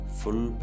full